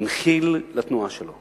הנחיל לתנועה שלו,